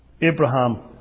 Abraham